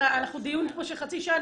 סליחה, אנחנו בדיון פה של חצי שעה.